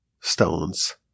stones